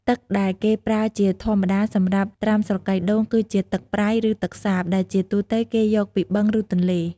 ទឹកដែលគេប្រើជាធម្មតាសម្រាប់ត្រាំស្រកីដូង គឺជាទឹកប្រៃ ឬទឹកសាប ដែលជាទូទៅគេយកពីបឹង ឬទន្លេ។